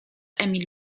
emil